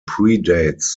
predates